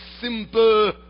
simple